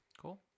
cool